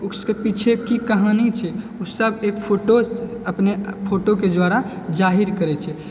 उसके पीछे कि कहानी छै ओसब के फोटो अपने फोटो के द्वारा जाहिर करै छै